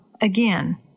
Again